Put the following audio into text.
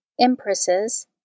empresses